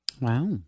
Wow